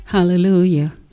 hallelujah